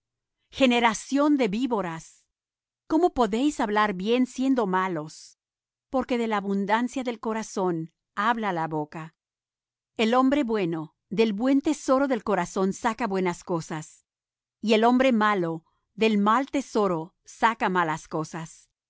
generación de víboras cómo podéis hablar bien siendo malos porque de la abundancia del corazón habla la boca el hombre bueno del buen tesoro del corazón saca buenas cosas y el hombre malo del mal tesoro saca malas cosas